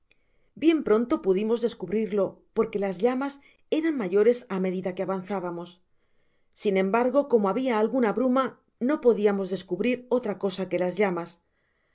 bien pronto pudimos descubrirlo porque las llamas eran mayores á medida que avanzábamos sin embargo como habia alguna bruma no podiamos descubrir otra cosa que las llamas